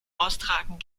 austragen